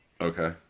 Okay